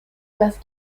parce